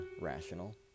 rational